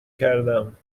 کردم